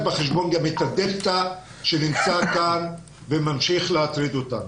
בחשבון גם את ה-דלתא שנמצא כאן וממשיך להטריד אותנו.